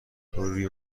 روی